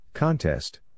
Contest